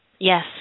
Yes